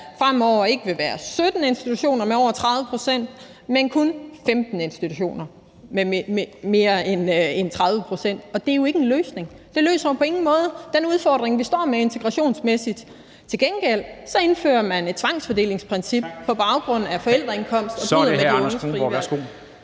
fremover ikke vil være 17 institutioner med over 30 pct., men kun 15 institutioner med mere end 30 pct., og det er jo ikke en løsning. Det løser jo på ingen måde den udfordring, vi står med integrationsmæssigt. Til gengæld indfører man et tvangsfordelingsprincip på baggrund af forældreindkomst og bryder med de unges frie